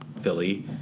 Philly